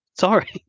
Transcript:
sorry